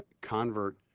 convert